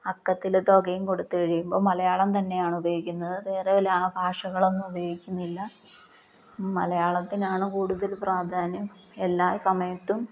അക്കത്തിൽ തുകയും കൊടുത്തു കഴിയുമ്പോൾ മലയാളം തന്നെയാണ് ഉപയോഗിക്കുന്നത് വേറെ വല്ല ഭാഷകളൊന്നും ഉപയോഗിക്കുന്നില്ല മലയാളത്തിനാണ് കൂടുതൽ പ്രാധാന്യം എല്ലാ സമയത്തും